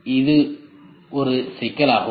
எனவே இது ஒரு சிக்கல் ஆகும்